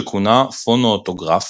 שכונה "פונואוטוגרף",